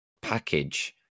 package